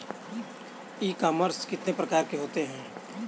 ई commerce कितने प्रकार के होते हैं?